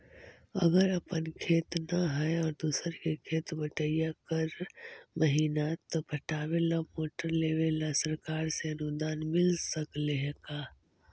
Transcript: अगर अपन खेत न है और दुसर के खेत बटइया कर महिना त पटावे ल मोटर लेबे ल सरकार से अनुदान मिल सकले हे का?